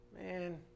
man